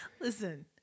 Listen